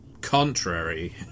Contrary